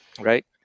right